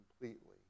completely